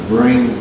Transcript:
bring